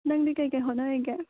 ꯅꯪꯗꯤ ꯀꯔꯤ ꯀꯔꯤ ꯍꯣꯠꯅꯔꯤꯒꯦ